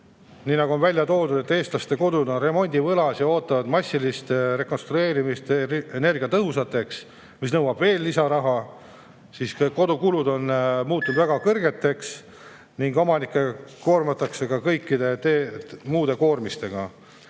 elamuid. On välja toodud, et eestlaste kodud on remondivõlas ja ootavad massilist rekonstrueerimist energiatõhusateks, mis nõuab veel lisaraha. Kodukulud on muutunud väga kõrgeks ning omanikke koormatakse ka kõikide muude koormistega.